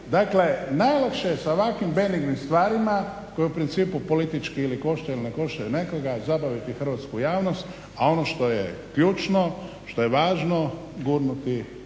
Dakle, najlakše je sa ovakvim benignim stvarima koje u principu politički ili koštaju ili ne koštaju nekoga zabaviti hrvatsku javnost, a ono što je ključno, što je važno gurnuti